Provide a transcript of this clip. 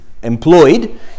Employed